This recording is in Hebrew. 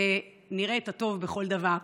שנראה את הטוב בכל דבר,